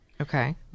Okay